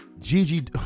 Gigi